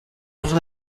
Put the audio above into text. ouvrir